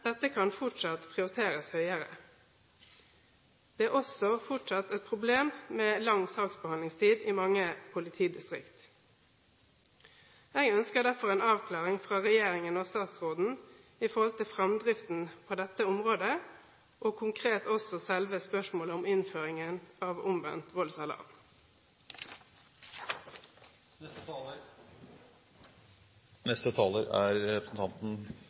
dette kan fortsatt prioriteres høyere. Det er også fortsatt et problem med lang saksbehandlingstid i mange politidistrikt. Jeg ønsker derfor en avklaring fra regjeringen og statsråden i forhold til fremdriften på dette området – konkret også når det gjelder selve spørsmålet om innføringen av omvendt